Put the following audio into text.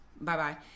bye-bye